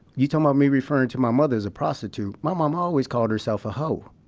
you talk about me referring to my mother as a prostitute. my mama always called herself a ho.